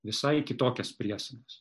visai kitokias priesagas